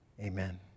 Amen